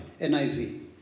NIV